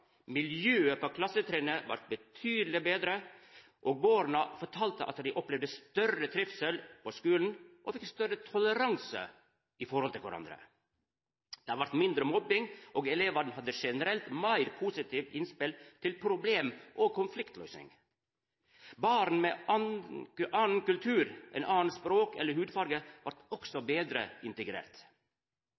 miljøet på klassetrinnet vart betydeleg betre, og borna fortalde at dei opplevde større trivsel på skulen og fekk større toleranse for kvarandre. Det vart mindre mobbing, og elevane hadde generelt meir positive innspel til problem- og konfliktløysing. Barn med annan kultur, anna språk eller annan hudfarge vart også betre integrert.